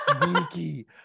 sneaky